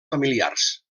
familiars